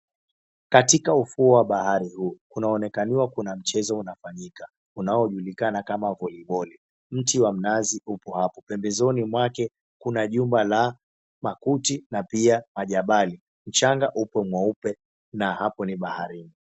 Katika ufuo wa bahari huu unaonekaniwa kuna mchezo unafanyika, unaojulikana kama voliboli, mti wa mnazi upo hapo pembezoni mwake kuna jumba la makuti na majabali, mchanga upo mweupe na hapo ni baharini.